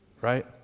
right